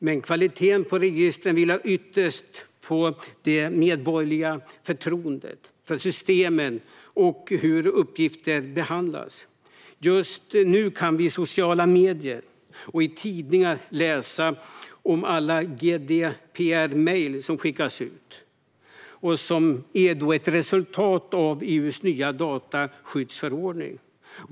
Men kvaliteten på registren vilar ytterst på det medborgerliga förtroendet för systemen och hur uppgifter behandlas. Just nu kan vi i sociala medier och i tidningar läsa om alla GDPR-mejl som skickas ut. Det är ett resultat av EU:s nya dataskyddsförordning.